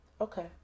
okay